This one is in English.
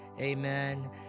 amen